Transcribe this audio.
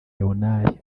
leonard